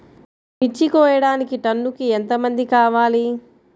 మిర్చి కోయడానికి టన్నుకి ఎంత మంది కావాలి?